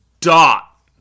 dot